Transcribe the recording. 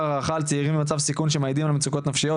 הערכה לצעירים במצב סיכון שמעידים על מצוקות נפשיות,